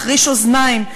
מחריש אוזניים,